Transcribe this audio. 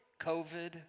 COVID